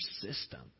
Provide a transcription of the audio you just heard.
system